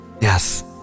Yes